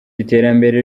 iterambere